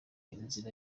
inzira